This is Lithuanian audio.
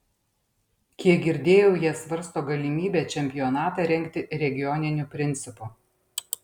kiek girdėjau jie svarsto galimybę čempionatą rengti regioniniu principu